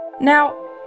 Now